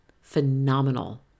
Phenomenal